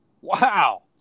wow